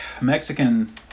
mexican